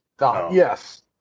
Yes